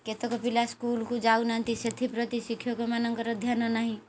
କେତକ ପିଲା ସ୍କୁଲ୍କୁ ଯାଉନାହାନ୍ତି ସେଥିପ୍ରତି ଶିକ୍ଷକମାନଙ୍କର ଧ୍ୟାନ ନାହିଁ